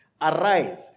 Arise